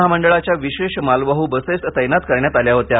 महामंडळाच्या विशेष मालवाहु बसेस तैनात करण्यात आल्या होत्या